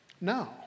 No